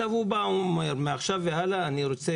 אם אדם אומר שמעכשיו והלאה אני רוצה